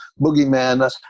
boogeyman